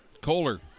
Kohler